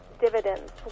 dividends